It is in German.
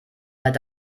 seid